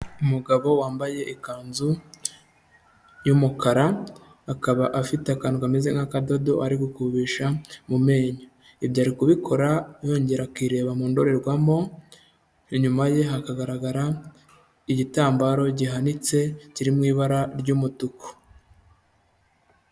Umugabo wambaye ikanzu y'umukara, akaba afite akantu kameze nk'akadodo ari gukubisha mu menyo. Ibyo ari kubikora yongera akireba mu ndorerwamo, inyuma ye hakagaragara igitambaro gihanitse kiri mu ibara ry'umutuku.